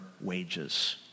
wages